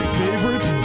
favorite